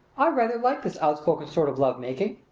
i rather like this outspoken sort of love-making.